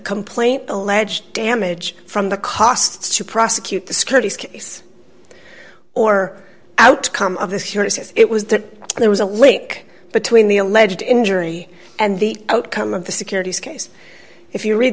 complaint alleged damage from the costs to prosecute the securities case or outcome of this hearing says it was that there was a link between the alleged injury and the outcome of the securities case if you read